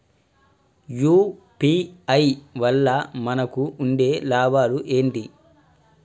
UPI వల్ల మనకు ఉండే లాభాలు ఏంటి?